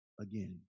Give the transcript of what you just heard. again